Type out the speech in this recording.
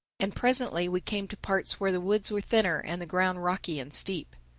and presently we came to parts where the woods were thinner and the ground rocky and steep.